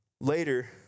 later